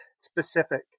specific